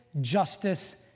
justice